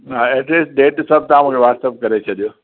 हा address date सभु तव्हां मूंखे वॉट्सएप करे छॾियो